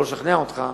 לא לשכנע אותך,